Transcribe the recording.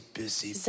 busy